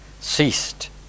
ceased